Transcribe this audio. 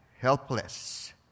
helpless